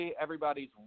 everybody's